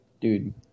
dude